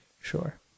Sure